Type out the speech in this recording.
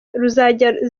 ruzajya